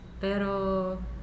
Pero